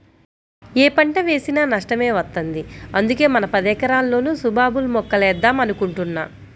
యే పంట వేసినా నష్టమే వత్తంది, అందుకే మన పదెకరాల్లోనూ సుబాబుల్ మొక్కలేద్దాం అనుకుంటున్నా